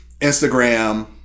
Instagram